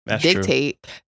dictate